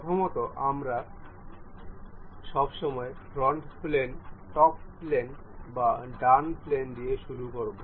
প্রথমত আমরা সবসময় ফ্রন্ট প্লেন টপ প্লেন বা ডান প্লেন দিয়ে শুরু করবো